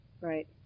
Right